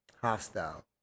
Hostile